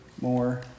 more